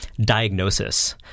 diagnosis